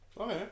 Okay